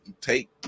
take